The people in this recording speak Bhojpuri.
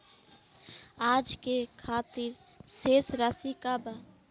आज के खातिर शेष राशि का बा?